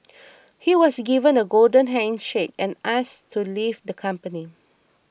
he was given a golden handshake and asked to leave the company